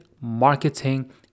marketing